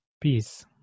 peace